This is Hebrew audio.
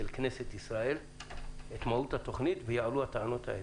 הכנסת את מהותה תוכנית ויעלו הטענות האלה.